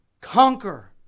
conquer